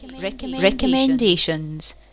Recommendations